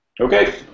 okay